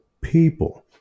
people